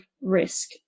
risk